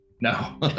No